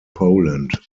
poland